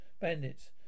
bandits